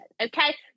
okay